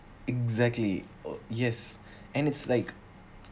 exactly oh yes and it's like